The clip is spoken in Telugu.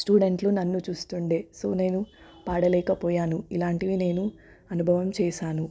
స్టూడెంట్లు నన్ను చూస్తుండే సో నేను పాడలేకపోయాను ఇలాంటివి నేను అనుభవం చేశాను